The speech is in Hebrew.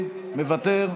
מוותר,